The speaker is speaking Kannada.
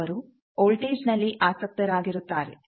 ಅವರು ವೋಲ್ಟೇಜ್ ನಲ್ಲಿ ಆಸಕ್ತರಾಗಿರುತ್ತಾರೆ